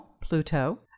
Pluto